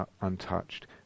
untouched